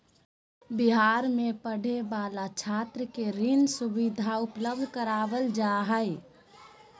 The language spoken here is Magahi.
बिहार में पढ़े वाला छात्र के ऋण सुविधा उपलब्ध करवाल जा हइ